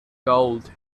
gold